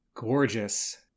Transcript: gorgeous